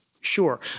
sure